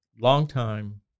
longtime